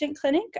clinic